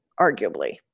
arguably